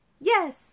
Yes